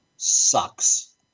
sucks